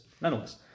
nonetheless